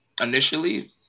initially